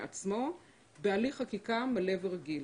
בהליך חקיקה מלא ורגיל.